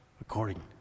according